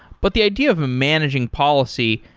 but the idea of managing policy,